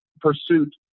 pursuit